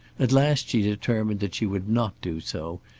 at last she determined that she would not do so,